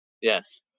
Yes